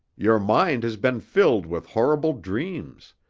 your mind has been filled with horrible dreams,